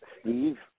Steve